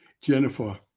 Jennifer